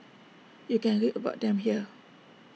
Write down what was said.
you can read about them here